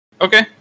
Okay